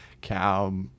cow